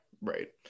right